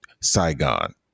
Saigon